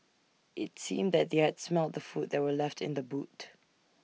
IT seemed that they had smelt the food that were left in the boot